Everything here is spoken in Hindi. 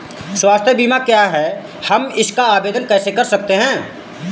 स्वास्थ्य बीमा क्या है हम इसका आवेदन कैसे कर सकते हैं?